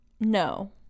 No